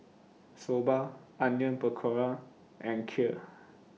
Soba Onion Pakora and Kheer